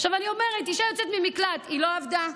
עכשיו, אני אומרת, אישה יוצאת ממקלט, היא לא עבדה,